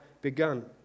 begun